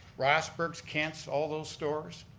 rossberg's, kents, all those stores.